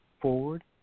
forward